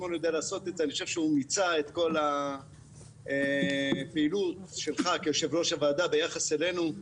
שמעון מיצה את כל הפעילות שלך כיושב-ראש הוועדה ביחס אלינו.